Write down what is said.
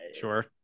sure